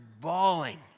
bawling